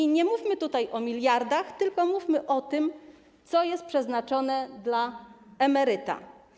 I nie mówmy tutaj o miliardach, tylko mówmy o tym, co jest przeznaczone dla emeryta.